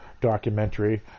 documentary